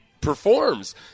performs